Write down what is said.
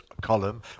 Column